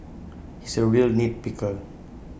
he's A real nit picker